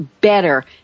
better